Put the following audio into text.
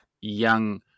young